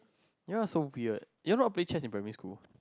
you all are so weird you all not playing chest in primary school